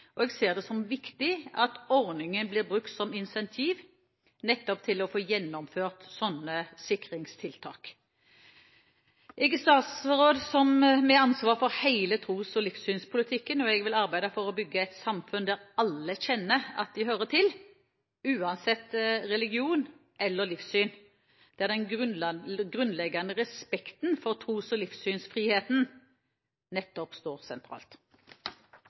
og jeg ser det som viktig at ordningen blir brukt som incentiv nettopp for å få gjennomført sånne sikringstiltak. Jeg er statsråd med ansvar for hele tros- og livssynspolitikken, og jeg vil arbeide for å bygge et samfunn der alle kjenner at de hører til uansett religion eller livssyn, og der den grunnleggende respekten for tros- og livssynsfrihet nettopp står sentralt.